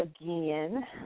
again